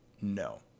no